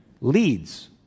leads